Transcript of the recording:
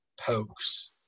pokes